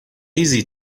easy